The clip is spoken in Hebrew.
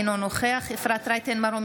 אינו נוכח אפרת רייטן מרום,